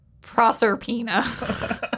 Proserpina